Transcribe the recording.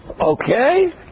Okay